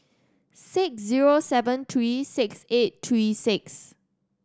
six zero seven three six eight three six